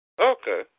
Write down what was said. Okay